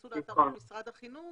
שייכנסו לאתר של משרד החינוך